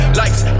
likes